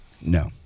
No